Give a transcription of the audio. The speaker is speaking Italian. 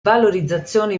valorizzazione